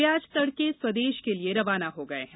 वे आज तड़के स्वदेश के लिए रवाना हो गये हैं